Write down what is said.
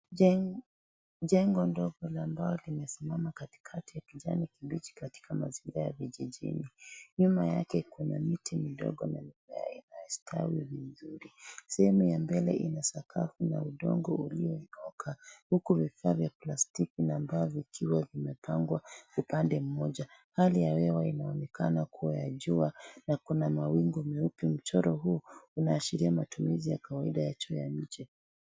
Jengo ndogo la mbao limesimama katikati ya kijani kibichi katika mazingira ya vijijini . Nyuma yake kuna miti midogo ambayo imestawi vizuri . Sehemu ya mbele ina sakafu na udongo ulionyooka huku vifaa vya plastiki na mbao vikiwa vimepangwa upande mmoja . Hali ya hewa inaonekana kuwa ya jua na kuna mawingu meupe . Mchoro huu unaashiria matumizi ya kawaida ya choo cha nje.